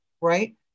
right